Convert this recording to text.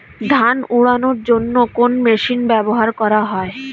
ধান উড়ানোর জন্য কোন মেশিন ব্যবহার করা হয়?